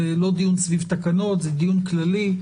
זה לא דיון סביב תקנות, זה דיון כללי.